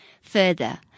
further